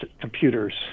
computers